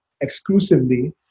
exclusively